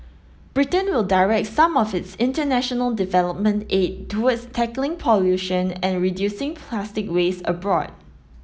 Britain will direct some of its international development aid towards tackling pollution and reducing plastic waste abroad